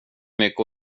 mycket